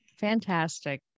Fantastic